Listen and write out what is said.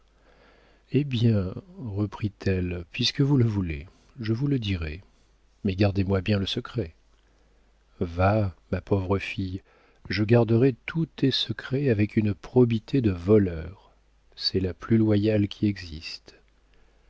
eh bien reprit-elle puisque vous le voulez je vous le dirai mais gardez-moi bien le secret va ma pauvre fille je garderai tous tes secrets avec une probité de voleur c'est la plus loyale qui existe